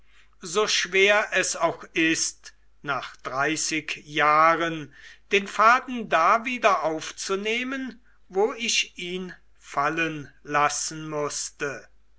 so schwer es auch ist nach dreißig jahren den faden da wieder aufzunehmen wo ich ihn fallen lassen mußte